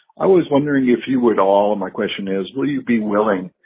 i was wondering if you would all. my question is, would you be willing,